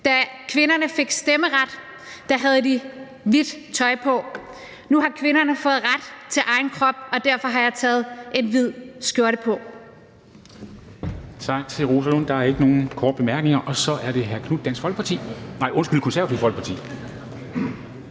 Da kvinderne fik stemmeret, havde de hvidt tøj på. Nu har kvinderne fået ret til egen krop, og derfor har jeg taget en hvid skjorte på.